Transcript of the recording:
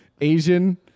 Asian